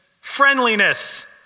Friendliness